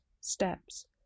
Steps